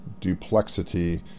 duplexity